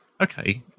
Okay